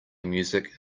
music